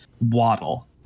Waddle